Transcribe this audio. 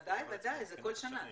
ודאי, כל שנה.